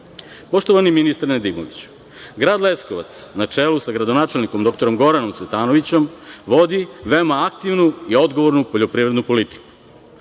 Srbije. Poštovani ministre Nedimoviću, grad Leskovac na čelu sa gradonačelnikom dr Goranom Cvetanovićem vodi veoma aktivnu i odgovornu poljoprivrednu politiku.